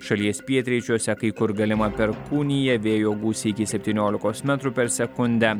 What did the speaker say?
šalies pietryčiuose kai kur galima perkūnija vėjo gūsiai iki septyniolikos metrų per sekundę